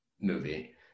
movie